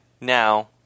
Now